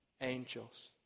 angels